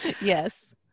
Yes